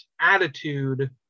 attitude